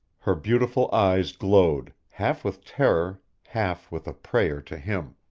her beautiful eyes glowed, half with terror, half with a prayer to him.